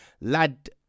Lad